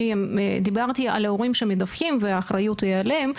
אני דיברתי על הורים שמדווחים והאחריות היא עליהם,